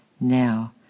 now